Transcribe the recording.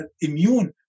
immune